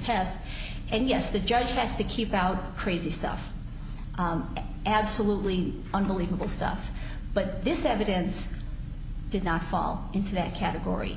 test and yes the judge has to keep out crazy stuff absolutely unbelievable stuff but this evidence did not fall into that category